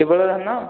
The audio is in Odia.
କେବଳ ଧାନ